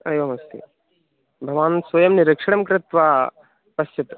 एवम् अस्ति भवान् स्वयं निरीक्षणं कृत्वा पश्यतु